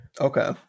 Okay